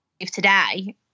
today